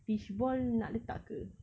fishball nak letak ke